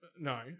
No